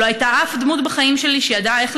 לא הייתה אף דמות בחיים שלי שידעה איך